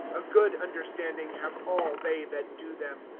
a good understanding have all they that do them.